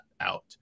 out